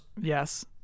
Yes